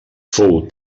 fou